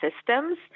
systems